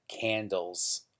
candles